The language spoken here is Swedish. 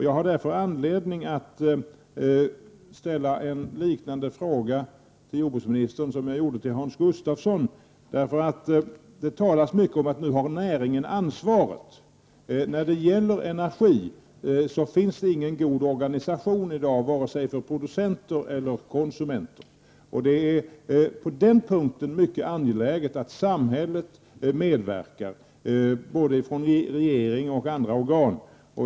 Jag har därför anledning att ställa en liknande fråga till jordbruks ministern som den jag ställde till Hans Gustafsson. Det talas mycket om att näringen nu har ansvaret. När det gäller energi finns det i dag ingen god organisation vare sig för producenter eller konsumenter. Det är mycket angeläget att samhället medverkar på den punkten, både regering och andra organ.